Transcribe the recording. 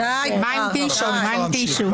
ועכשיו אפשר להמשיך.